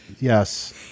Yes